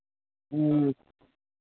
ह्म्म